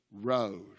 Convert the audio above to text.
road